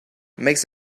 makes